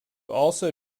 also